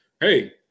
hey